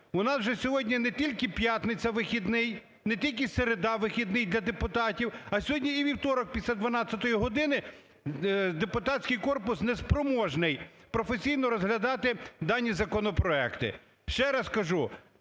У нас вже сьогодні не тільки п'ятниця вихідний, не тільки середа вихідний для депутатів, а сьогодні і вівторок після 12-ї години депутатський корпус неспроможний професійно розглядати дані законопроекти. Ще раз кажу,